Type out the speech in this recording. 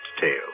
tale